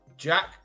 Jack